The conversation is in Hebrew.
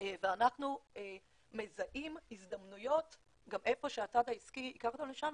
ואנחנו מזהים הזדמנויות גם איפה שהצד העסקי ייקח אותנו לשם,